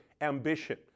ambition